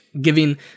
Giving